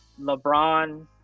LeBron